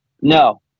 No